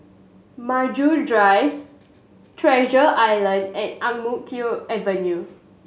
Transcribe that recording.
Maju Drive Treasure Island and Ang Mo Kio Avenue